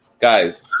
Guys